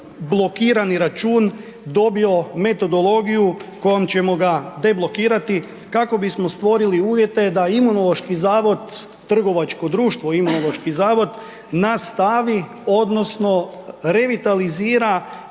blokirani račun dobio metodologiju kojom ćemo ga deblokirati kako bismo stvorili uvjete da Imunološki zavod trgovačko društvo Imunološki zavod nastavi, odnosno revitalizira